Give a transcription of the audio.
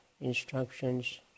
instructions